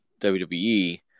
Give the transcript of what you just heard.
WWE